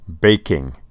Baking